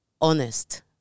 honest